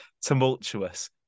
tumultuous